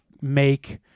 make